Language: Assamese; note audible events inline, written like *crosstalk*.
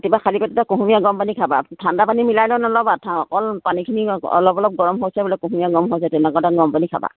*unintelligible* অকল পানীখিনি অলপ অলপ গৰম হৈছে বোলে কুহুমীয়া গৰম হৈছে তেনেকুৱা *unintelligible*